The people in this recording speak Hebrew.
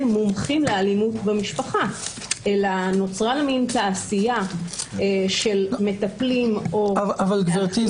מומחים לאלימות במשפחה אלא נוצרה תעשייה של מטפלים- -- אבל גברתי,